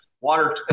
water